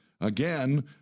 again